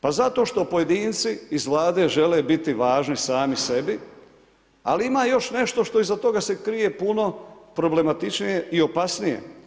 Pa zato što pojedinci iz Vlade žele biti važni sami sebi, ali ima još nešto što iza toga se krije puno problematičnije i opasnije.